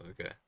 okay